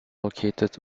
located